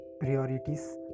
priorities